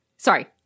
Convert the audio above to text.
Sorry